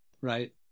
right